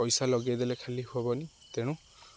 ପଇସା ଲଗେଇଦେଲେ ଖାଲି ହେବନି ତେଣୁ